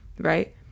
right